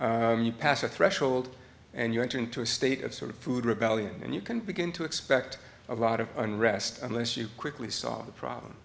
you pass a threshold and you enter into a state of sort of food rebellion and you can begin to expect a lot of unrest unless you quickly solve the problem